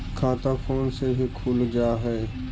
खाता फोन से भी खुल जाहै?